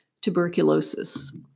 tuberculosis